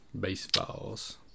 Baseballs